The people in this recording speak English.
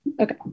Okay